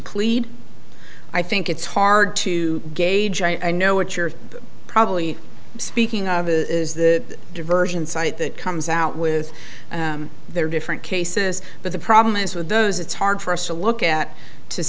plead i think it's hard to gauge i know what you're probably speaking of is the diversion site that comes out with their different cases but the problem is with those it's hard for us to look at to